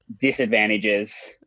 disadvantages